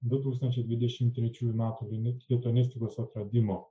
du tūkstančiai dvidešimt trečių metų lituanistikos atradimų